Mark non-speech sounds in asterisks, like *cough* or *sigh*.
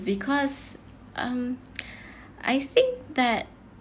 because um *breath* I think that